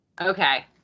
Okay